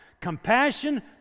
Compassion